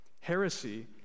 Heresy